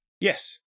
yes